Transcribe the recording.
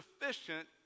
sufficient